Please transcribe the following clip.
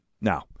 Now